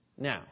Now